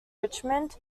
richmond